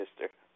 sister